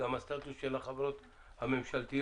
גם הסטטוס של החברות הממשלתיות.